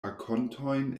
rakontojn